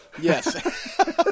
yes